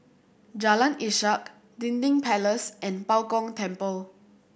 Jalan Ishak Dinding Place and Bao Gong Temple